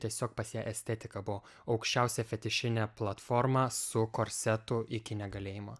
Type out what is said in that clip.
tiesiog pas ją estetika buvo aukščiausia fetišinė platforma su korsetu iki negalėjimo